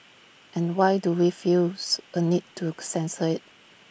and why do we still feels A need to censor IT